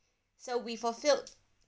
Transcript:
so we fulfilled